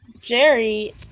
Jerry